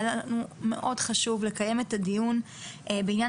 היה לנו מאוד חשוב לקיים את הדיון בעניין